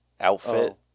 outfit